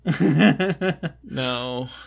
No